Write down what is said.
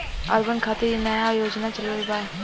urban खातिर इ नया योजना चलल बा